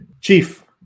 chief